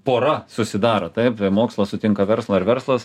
pora susidaro taip mokslas sutinka verslą ar verslas